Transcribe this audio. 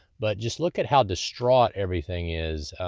but just look at how distraught everything is.